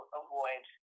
avoid